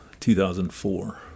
2004